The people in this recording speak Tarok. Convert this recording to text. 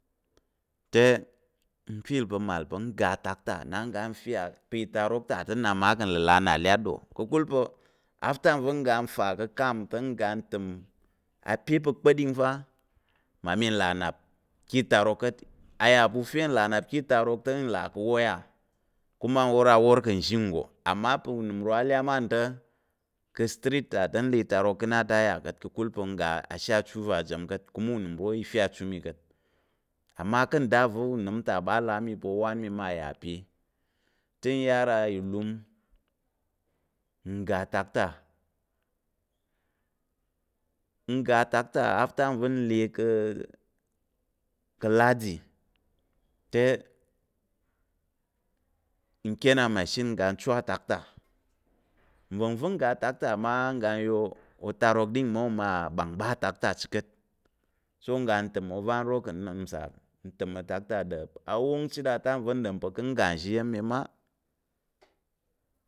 Te nfeel pa̱ n ga atak ta na ga nfe pa̱ itarok ta te nna mma ka̱ nləla na lyat ɗo? Ka̱kul pa̱ after nva̱ n ga fa ka̱ acamp te n ga təm ape pa̱ kpa̱ɗing fa mmami ka̱ nlà nnap ka̱ itarok ka̱t a yà pa̱ u fe n là nnap ká̱ itarok te, là nwor awor ka̱ awoya kuma nwor awor ka̱ nzhi nggo ama pa̱ unəm uro alyam ka̱ astreet ta te nlà nnap ká̱ itarok na te a yà ka̱t ka̱kul pa̱ ngga ashe achu va ajam ka̱t kuma uro i fe achu mi ka̱t amma ka̱ nda va̱ unəm ta ɓa là á mi pa̱ owan mi yà te nyar ilum n ga atak ta n ga atak ta after va̱ nle ka̱ aladi te nkyén amashin n ga chu atak ta, nva̱ngva̱ ga mma n ga ya otarok din omma ɓán ɓa atak ta chit ka̱t so n ga təm ovan oro mma ka̱ nəm nsal ka̱t ta ɗa̱p awong chit atime va̱ n ɗom pa̱ ka̱ ngga nzhi iya̱m mi mma